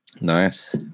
Nice